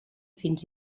fins